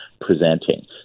presenting